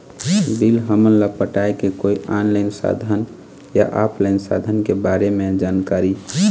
Bill हमन ला पटाए के कोई ऑनलाइन साधन या ऑफलाइन साधन के बारे मे जानकारी?